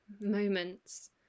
moments